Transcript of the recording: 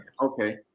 okay